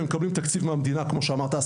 הם בכל זאת מקבלים תקציב מהמדינה כמו שאמרת,